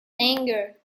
anger